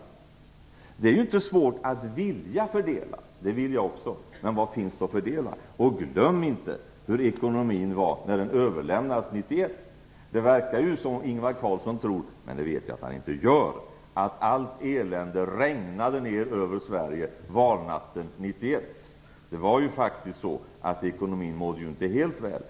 Att ha en önskan att fördela är ju inte svårt. Den har jag också. Men vad finns det att fördela? Glöm inte heller hur ekonomin var när den överlämnades vid regeringsskiftet 1991. Det verkar som Ingvar Carlsson tror, även om jag vet att han inte gör det, att allt elände regnade ned över Sverige valnatten 1991.Ekonomin mådde faktiskt inte helt väl då.